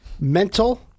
mental